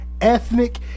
Ethnic